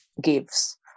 gives